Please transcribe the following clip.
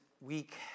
week